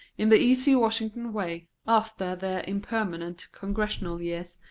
in the easy washington way, after their impermanent congressional years,